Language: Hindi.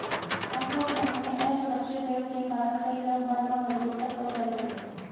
प्राचीन समय में असुरक्षित ऋण के कारण कई लोग बंधवा मजदूर तक बन जाते थे